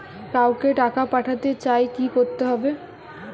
কাউকে টাকা পাঠাতে চাই কি করতে হবে?